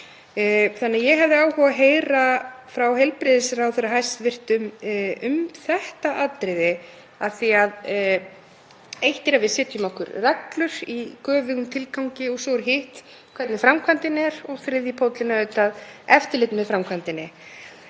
Ég hefði áhuga á að heyra frá hæstv. heilbrigðisráðherra um þetta atriði af því að eitt er að við setjum okkur reglur í göfugum tilgangi og svo er hitt hvernig framkvæmdin er og þriðji póllinn er auðvitað eftirlit með framkvæmdinni.